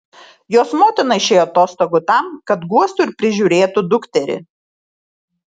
jos motina išėjo atostogų tam kad guostų ir prižiūrėtų dukterį